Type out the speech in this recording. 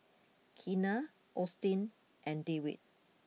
Keena Austin and Dewitt